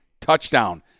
touchdown